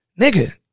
Nigga